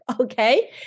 Okay